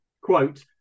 quote